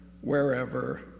wherever